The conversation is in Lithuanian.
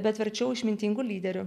bet verčiau išmintingu lyderiu